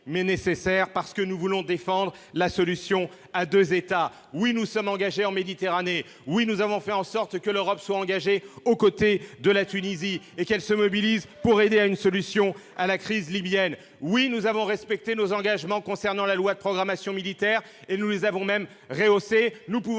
mais nécessaire, pour défendre la solution à deux États. Oui, nous sommes engagés en Méditerranée ! Oui, nous avons fait en sorte que l'Europe s'engage aux côtés de la Tunisie et qu'elle se mobilise pour aider à élaborer une solution à la crise libyenne ! Oui, nous avons respecté nos engagements concernant la loi de programmation militaire ! Nous les avons même rehaussés,